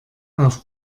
auf